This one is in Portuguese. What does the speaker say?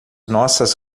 nossas